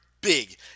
big